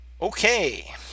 Okay